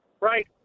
Right